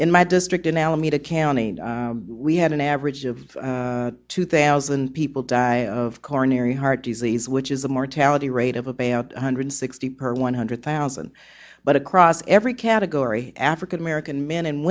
in my district in alameda county we had an average of two thousand people die of coronary heart disease which is a mortality rate of about one hundred sixty per one hundred thousand but across every category african american men and